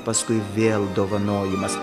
paskui vėl dovanojimas